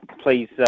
please